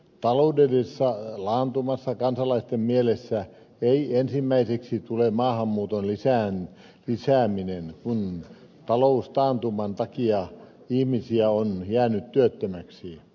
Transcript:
taloudellisessa taantumassa kansalaisten mieleen ei ensimmäiseksi tule maahanmuuton lisääminen kun taloustaantuman takia ihmisiä on jäänyt työttömäksi